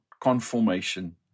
conformation